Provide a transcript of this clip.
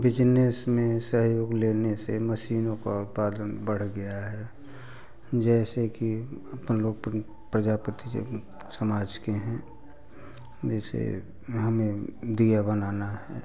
business में सहयोग लेने से मशीनों का उत्पादन बढ़ गया है जैसे कि अपन लोग प्रजापति समाज के हैं जैसे हमें दिया बनाना है